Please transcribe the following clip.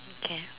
okay